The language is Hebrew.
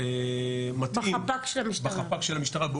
בחפ"ק של המשטרה,